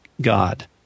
god